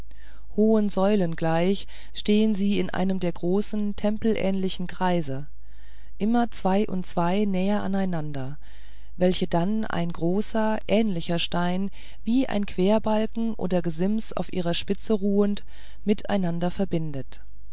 hohen säulen gleich stehen sie in einem der großen tempelähnlichen kreise immer zwei und zwei näher aneinander welche dann ein großer ähnlicher stein wie ein querbalken oder gesims auf ihrer spitze ruhend miteinander verbindet